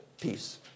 peace